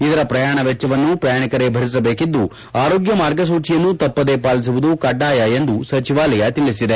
ಇದರ ಪ್ರಯಾಣ ವೆಚ್ಚವನ್ನು ಪ್ರಯಾಣಿಕರೇ ಭರಿಸಬೇಕಿದ್ದು ಆರೋಗ್ಯ ಮಾರ್ಗಸೂಚಿಯನ್ನು ತಪ್ಪದೇ ಪಾಲಿಸುವುದು ಕಡ್ಡಾಯ ಎಂದು ಸಚಿವಾಲಯ ತಿಳಿಸಿದೆ